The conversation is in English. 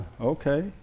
okay